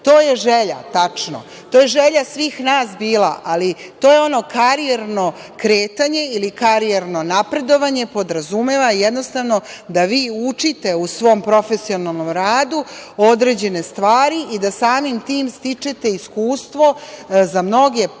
To je želja, tačno, to je želja svih nas bila, ali to je ono karijerno kretanje ili karijerno napredovanje podrazumeva, jednostavno, da vi učite u svom profesionalnom radu određene stvari i da samim tim stičete iskustvo za mnoge poslove